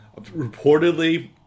Reportedly